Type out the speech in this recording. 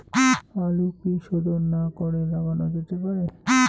আলু কি শোধন না করে লাগানো যেতে পারে?